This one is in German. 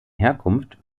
herkunft